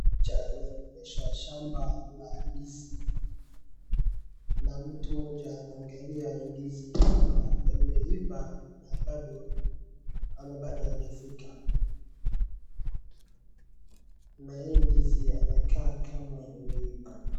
Shamba la ndizi, na mtu mmoja anaagalia hii ndizi kama imeiva na bado, ama bado haijafika. Na hii ndizi inakaa kama imeiva.